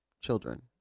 children